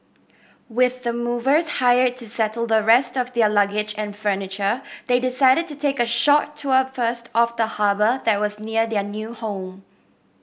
with the movers hired to settle the rest of their luggage and furniture they decided to take a short tour first of the harbour that was near their new home